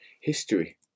history